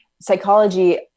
psychology